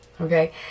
okay